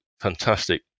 fantastic